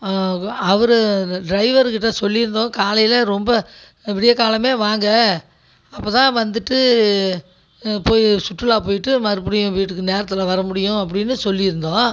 அவர் ட்ரைவருகிட்ட சொல்லியிருந்தோம் காலையில் ரொம்ப விடியற்காலமே வாங்க அப்போ தான் வந்துட்டு போய் சுற்றுலா போயிட்டு மறுபடியும் வீட்டுக்கு நேரத்தில் வர முடியும் அப்படினு சொல்லியிருந்தோம்